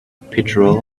petrol